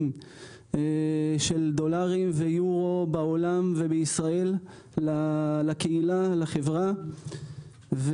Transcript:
דולרים ויורו בעולם ובישראל לקהילה ולחברה.